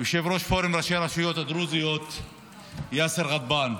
התקשר אליי יושב-ראש פורום ראשי הרשויות הדרוזיות יאסר גדבאן,